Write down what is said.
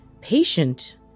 Patient